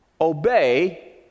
obey